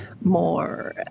more